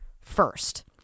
first